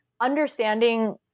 understanding